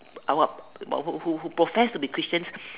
uh what what who who profess to be Christians